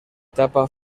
tapa